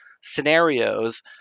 scenarios